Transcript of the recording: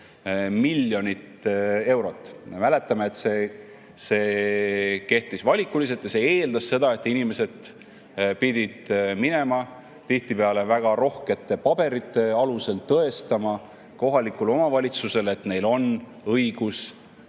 miljonit eurot. Me mäletame, et see kehtis valikuliselt ja eeldas seda, et inimesed pidid minema tihtipeale väga rohkete paberite alusel tõestama kohalikule omavalitsusele, et neil on õigus